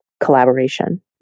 collaboration